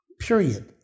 Period